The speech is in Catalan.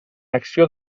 acció